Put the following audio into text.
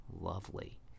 lovely